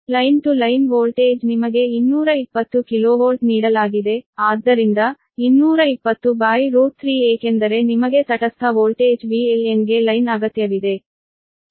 line to line voltage ನಿಮಗೆ 220 KV ನೀಡಲಾಗಿದೆ ಆದ್ದರಿಂದ 2203 ಏಕೆಂದರೆ ನಿಮಗೆ ತಟಸ್ಥ ವೋಲ್ಟೇಜ್ VLN ಗೆ ಲೈನ್ ಅಗತ್ಯವಿದೆ